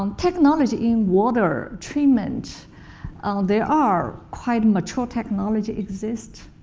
um technology in water treatment there are quite mature technology exist.